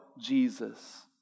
Jesus